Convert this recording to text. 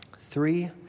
Three